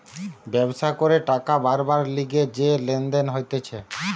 ব্যবসা করে টাকা বারবার লিগে যে লেনদেন হতিছে